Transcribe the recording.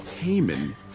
Haman